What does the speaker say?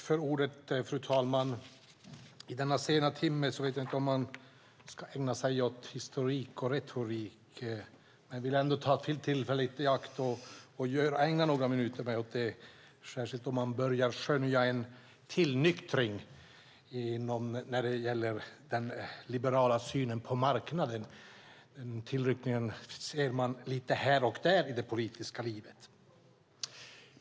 Fru talman! I denna sena timme vet jag inte om man ska ägna sig åt historik och retorik, men jag vill ändå ta tillfället i akt och ägna några minuter åt det, särskilt som man börjar skönja en tillnyktring vad gäller den liberala synen på marknaden. Den tillnyktringen ser man lite här och där i det politiska livet.